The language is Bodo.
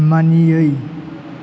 मानियै